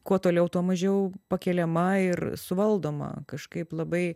kuo toliau tuo mažiau pakeliama ir suvaldoma kažkaip labai